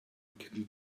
can